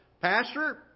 pastor